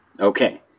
Okay